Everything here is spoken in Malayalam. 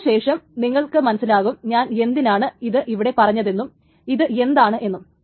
അതിനുശേഷം നിങ്ങൾക്ക് മനസ്സിലാകും ഞാൻ എന്തിനാണ് ഇത് ഇവിടെ പറഞ്ഞതെന്നും ഇത് എന്താണെന്ന് എന്ന്